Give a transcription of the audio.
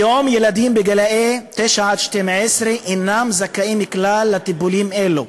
כיום ילדים בני תשע עד 12 אינם זכאים כלל לטיפולים אלו.